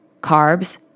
carbs